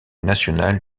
national